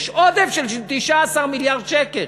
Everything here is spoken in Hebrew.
יש עודף של 19 מיליארד שקל.